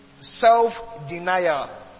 Self-denial